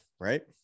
right